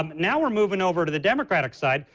um now we're moving over to the democratic side.